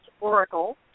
Oracle